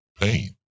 pain